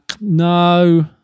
no